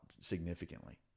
significantly